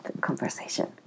conversation